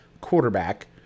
quarterback